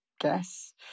guess